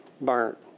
burnt